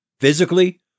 physically